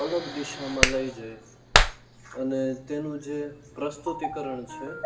અલગ દિશામાં લઈ જઈ અને તેનું જે પ્રસ્તુતિકરણ છે